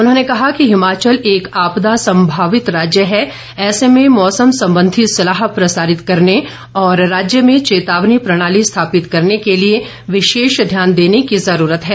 उन्होंने कहा कि हिमाचल एक आपदा सम्भावित राज्य हैं ऐसे में मौसम संबंधी सलाह प्रसारित करने और राज्य में चेतावनी प्रणाली स्थापित करने के लिए विशेष ध्यान देने की जरूरत है